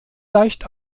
leicht